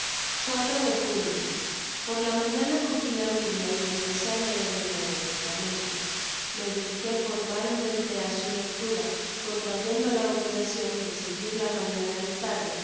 de julio por la mañana eogí la biblia y empecé á leer el nuevo testamento me dediqué formalmente á su lectura contrayendo la obligacion de seguir la mañana y tarde